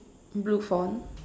blue